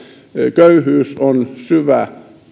köyhyys on syvä